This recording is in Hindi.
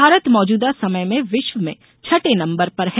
भारत मौजूदा समय में विश्व में छठे नम्बर पर है